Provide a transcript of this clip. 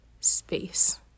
space